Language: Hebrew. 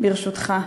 ברשותך.